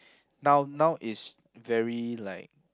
now now it's very like